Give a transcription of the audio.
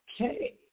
Okay